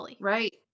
Right